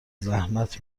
زحمت